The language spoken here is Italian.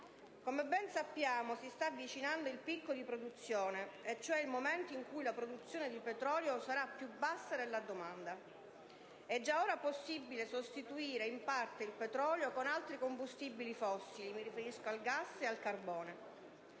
Come ben sappiamo, si sta avvicinando il picco di produzione e cioè il momento in cui la produzione di petrolio sarà più bassa della domanda. È già ora possibile sostituire in parte il petrolio con altri combustibili fossili (gas e carbone).